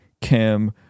Kim